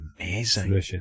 amazing